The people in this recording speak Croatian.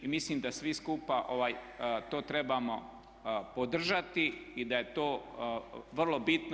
I mislim da svi skupa to trebamo podržati i da je to vrlo bitno.